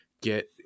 get